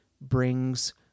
brings